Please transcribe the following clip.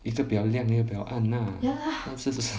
一个比较亮一个比较暗 ah